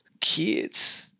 kids